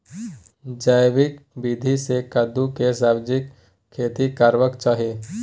जैविक विधी से कद्दु के सब्जीक खेती करबाक चाही?